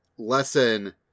lesson